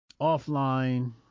Offline